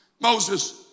Moses